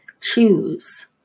Choose